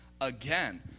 again